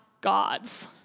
gods